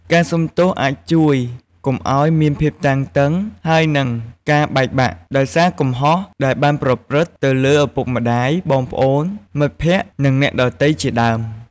ការសុំទោសអាចជួយ កុំឲ្យមានភាពតានតឹង ហើយនិងការបែកបាក់ ដោយសារកំហុសដែលបានប្រព្រឹត្តទៅលើ ឪពុកម្ដាយ បងប្អូន មិត្តភក្តិ និងអ្នកដទៃជាដើម។